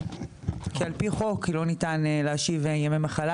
כי על פי חוק לא ניתן להשיב ימי מחלה.